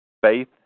Faith